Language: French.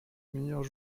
meilleurs